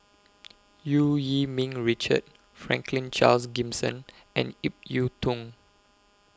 EU Yee Ming Richard Franklin Charles Gimson and Ip Yiu Tung